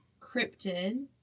cryptid